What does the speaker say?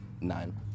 Nine